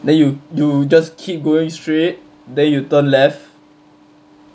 then you you just keep going straight then you turn left